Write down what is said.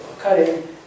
cutting